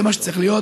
זה מה שצריך להיות,